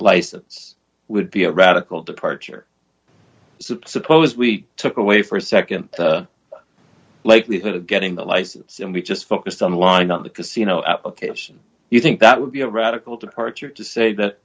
license would be a radical departure so suppose we took away for nd the likelihood of getting the license and we just focused on line on the casino application you think that would be a radical departure to say that